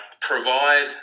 provide